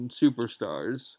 superstars